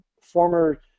former